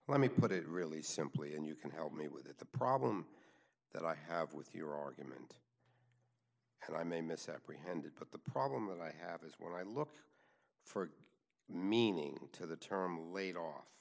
let me put it really simply and you can help me with the problem that i have with your argument and i may misapprehended but the problem that i have is when i look for meaning to the term laid off